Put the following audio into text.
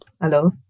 hello